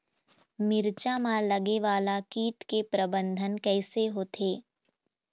मिरचा मा लगे वाला कीट के प्रबंधन कइसे होथे?